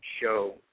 show